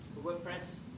WordPress